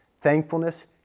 thankfulness